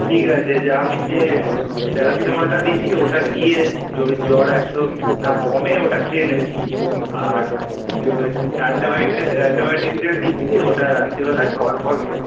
ঠিক আছে যা আমি যে এ প্যারাসিটামলটা দিচ্ছি ওটা গিয়ে যদি জ্বর একশো না কমে ওটা খেয়ে নেবেন আর যে ওই অ্যান্টেবাইটটা অ্যান্টিবায়োটিকটা দিচ্ছি ওটা রাত্রেবেলায় খাওয়ার পর খেও